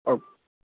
okay